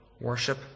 worship